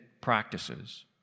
practices